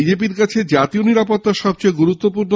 BJP র কাছে জাতীয় নিরাপত্তায় সব থেকে গুরুত্বপূর্ণ